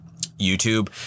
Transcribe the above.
YouTube